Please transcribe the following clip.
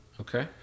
Okay